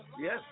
Yes